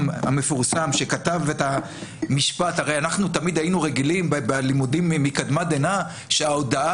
אנחנו תמיד היינו רגילים בלימודים מקדמת דנא שההודאה